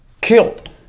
Killed